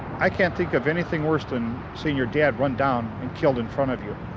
i can't think of anything worse than seeing your dad run down and killed in front of you.